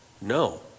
No